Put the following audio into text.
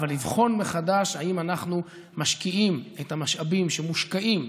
האם אנחנו משקיעים את המשאבים שמושקעים,